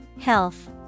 Health